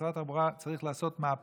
משרד התחבורה צריך לעשות מהפכה,